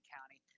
County